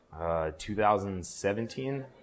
2017